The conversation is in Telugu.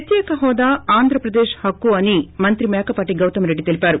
ప్రత్యేక హోదా ఆంధ్రప్రదేశ్ హక్కు అని మంత్రి మేకపాటి గౌతమ్రెడ్డి తెలిపారు